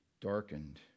darkened